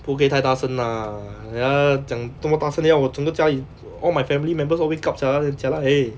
不可以太大声 lah 等一下讲这么大声等一下我整个家里 all my family members all wake up sia then jialat already